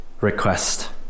request